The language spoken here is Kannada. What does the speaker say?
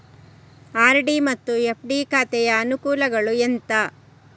ಆರ್.ಡಿ ಮತ್ತು ಎಫ್.ಡಿ ಖಾತೆಯ ಅನುಕೂಲಗಳು ಎಂತ?